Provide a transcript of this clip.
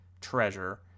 treasure